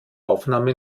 aufnahme